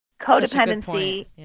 codependency